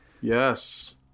yes